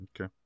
Okay